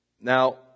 Now